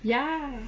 ya